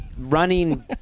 running